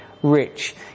rich